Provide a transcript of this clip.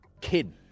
kid